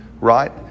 right